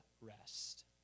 rest